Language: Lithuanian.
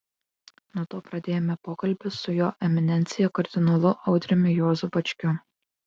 nuo to pradėjome pokalbį su jo eminencija kardinolu audriumi juozu bačkiu